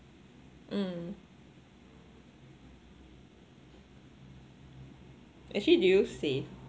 mm actually do you save